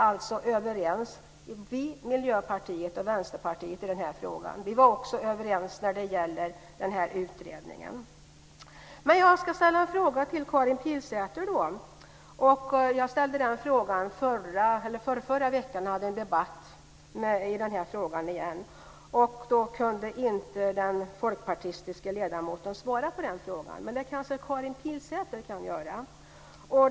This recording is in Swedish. Socialdemokraterna, Miljöpartiet och Vänsterparitet är alltså överens i den här frågan. Vi var också överens beträffande utredningen. Jag vill ställa en fråga till Karin Pilsäter. Det är samma fråga som jag ställda under en debatt förrförra veckan. Den folkpartistiske ledamoten kunde då inte svara på frågan, men det kan kanske Karin Pilsäter göra.